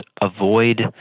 avoid